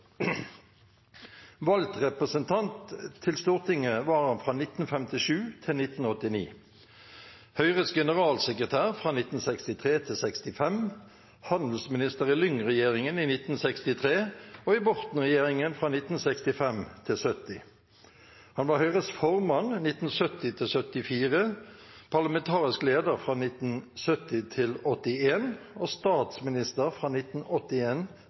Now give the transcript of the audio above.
Valgt representant til Stortinget var han fra 1957 til 1989, Høyres generalsekretær fra 1963 til 1965, handelsminister i Lyng-regjeringen i 1963 og i Borten-regjeringen fra 1965 til 1970. Han var Høyres formann fra 1970 til 1974, parlamentarisk leder fra 1970 til 1981 og statsminister fra